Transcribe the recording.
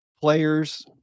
players